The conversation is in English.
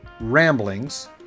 ramblings